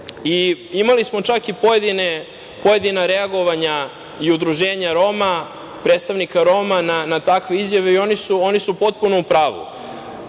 itd. Imali smo čak i pojedina reagovanja i udruženja Roma, predstavnika Roma na takve izjave i oni su potpuno u pravu.